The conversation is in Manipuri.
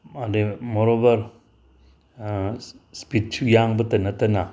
ꯑꯗꯨꯗꯩ ꯃꯣꯔꯑꯣꯕ꯭ꯔ ꯁ꯭ꯄꯤꯠꯁꯨ ꯌꯥꯡꯕꯇ ꯅꯠꯇꯅ